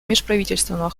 межправительственного